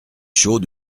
chaud